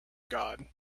god